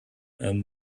and